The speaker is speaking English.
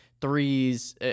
threes